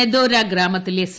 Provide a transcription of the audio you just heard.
മെദോര ഗ്രാമത്തിലെ സി